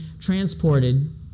transported